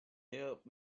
help